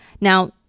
now